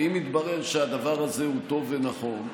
ואם יתברר שהדבר הזה הוא טוב ונכון,